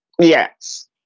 Yes